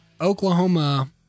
Oklahoma